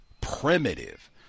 primitive